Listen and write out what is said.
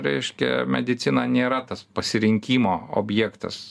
reiškia medicina nėra tas pasirinkimo objektas